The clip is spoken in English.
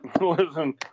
listen